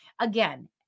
again